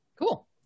cool